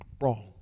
wrong